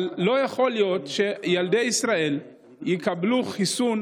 אבל לא יכול להיות שילדי ישראל יקבלו חיסון